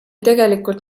tegelikult